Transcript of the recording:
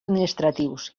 administratius